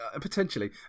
Potentially